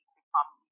become